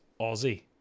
Aussie